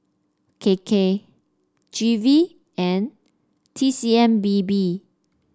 K K G V and T C M B B